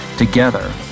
Together